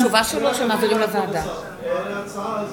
כבוד השר, הרי ההצעה הזאת,